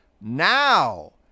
now